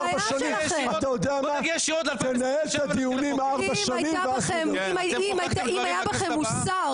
ממשלה מהליכוד או מיש עתיד,